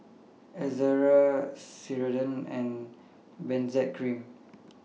Ezerra Ceradan and Benzac Cream